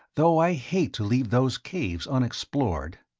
though i hate to leave those caves unexplored.